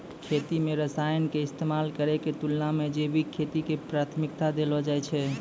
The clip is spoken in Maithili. खेती मे रसायन के इस्तेमाल करै के तुलना मे जैविक खेती के प्राथमिकता देलो जाय छै